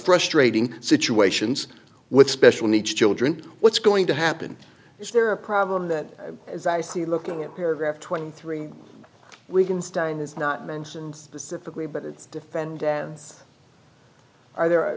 frustrating situations with special needs children what's going to happen is there a problem that as i see looking at paragraph twenty three we can start and it's not mentioned specifically but it's defendants are the